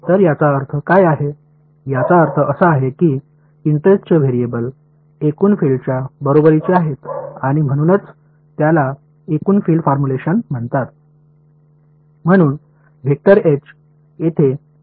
तर याचा अर्थ काय आहे याचा अर्थ असा आहे की इंटरेस्ट चे व्हेरिएबल्स एकूण फील्डच्या बरोबरीचे आहेत आणि म्हणूनच त्याला एकूण फील्ड फॉर्म्युलेशन म्हणतात